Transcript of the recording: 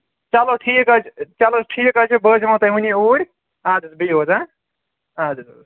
چلو ٹھیٖک حظ چھُ چلو ٹھیٖک حظ چھُ بہٕ حظ یِمو تۄہہِ ؤنے اوٗرۍ اَدٕ حظ بِہِو حظ اَدٕ حظ